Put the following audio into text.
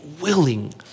willing